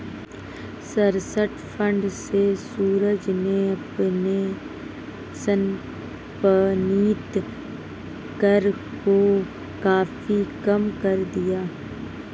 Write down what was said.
trust fund से सूरज ने अपने संपत्ति कर को काफी कम कर दिया